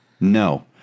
No